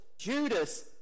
Judas